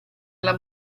alla